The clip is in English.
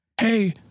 hey